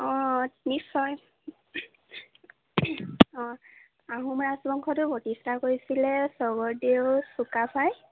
অ নিশ্চয় অ আহোম ৰাজবংশটো প্ৰতিষ্ঠা কৰিছিলে স্বৰ্গদেউ চুকাফাই